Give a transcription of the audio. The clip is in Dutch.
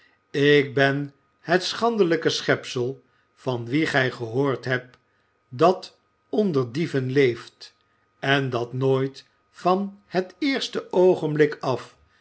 ik ben het schandelijke schepsel van wien gij gehoord hebt dat onder dieven leeft en dat nooit van het eerste oogenblik af